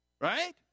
Right